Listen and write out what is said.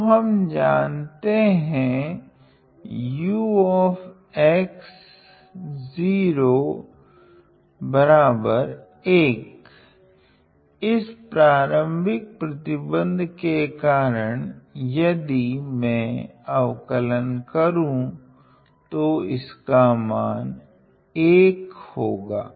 तो हम जानते है ux 1 इस प्रारम्भिक प्रतिबंध के कारण यदि में अवकलन करू तो इसका मान 1 हपोगा